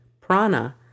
prana